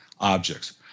objects